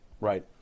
right